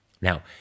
now